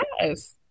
yes